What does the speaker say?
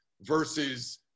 versus